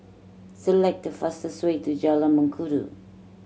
select the fastest way to Jalan Mengkudu